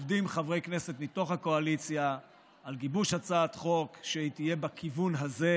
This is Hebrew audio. עובדים חברי כנסת מתוך הקואליציה על גיבוש הצעת חוק שתהיה בכיוון הזה,